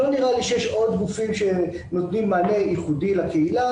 שלא נראה לי שיש עוד גופים שנותנים מענה ייחודי לקהילה